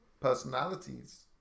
personalities